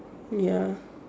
ya